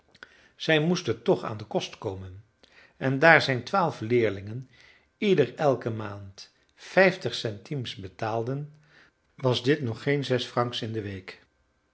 zij moesten toch aan den kost komen en daar zijn twaalf leerlingen ieder elke maand vijftig centimes betaalden was dit nog geen zes francs in de week